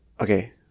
Okay